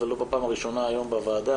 ולא בפעם הראשונה היום בוועדה,